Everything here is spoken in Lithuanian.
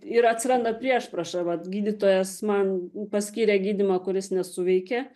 ir atsiranda priešprieša vat gydytojas man paskyrė gydymą kuris nesuveikė